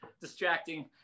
distracting